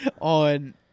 on